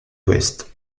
ouest